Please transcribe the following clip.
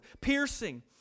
piercing